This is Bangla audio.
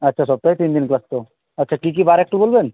আচ্ছা সপ্তাহে তিন দিন ক্লাস তো আচ্ছা কি কি বার একটু বলবেন